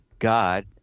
God